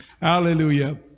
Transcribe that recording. Hallelujah